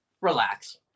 Relax